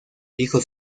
hijo